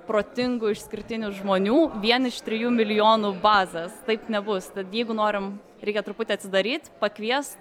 protingų išskirtinių žmonių vien iš trijų milijonų bazės taip nebus tad jeigu norim reikia truputį atsidaryt pakvies